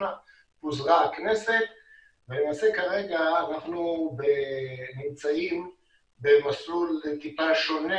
ראשונה פוזרה הכנסת ולמעשה כרגע אנחנו נמצאים במסלול טיפה שונה,